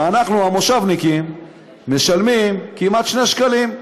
ואנחנו, המושבניקים, משלמים כמעט 2 שקלים.